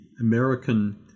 american